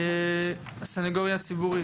הסניגוריה הציבורית.